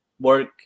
work